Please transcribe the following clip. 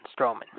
Strowman